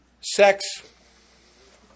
Sex